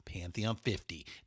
Pantheon50